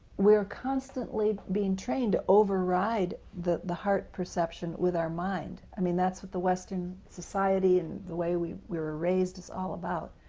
we are constantly being trained to override the the heart perception with our mind, i mean that's what the western society and the way we we are ah raised is all about.